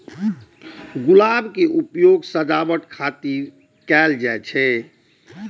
गुलाब के उपयोग सजावट खातिर कैल जाइ छै